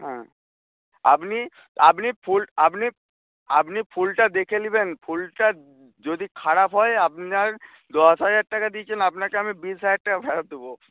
হ্যাঁ আপনি আপনি ফুল আপনি আপনি আপনি ফুলটা দেখে নেবেন ফুলটা যদি খারাপ হয় আপনার দশ হাজার টাকা দিয়েছেন আপনাকে আমি বিশ হাজার টাকা ফেরত দেবো